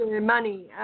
money